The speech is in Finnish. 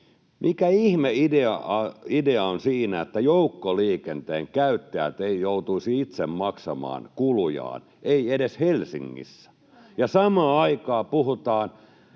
mikä ihme idea on siinä, että joukkoliikenteen käyttäjät eivät joutuisi itse maksamaan kulujaan, eivät edes Helsingissä, [Pinja Perholehto: